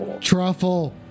Truffle